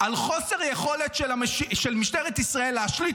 על חוסר היכולת של משטרת ישראל להשליט